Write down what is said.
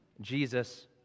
Jesus